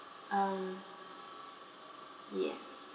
um yeah